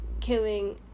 killing